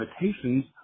limitations